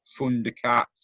Thundercats